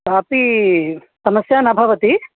कापि समस्या न भवति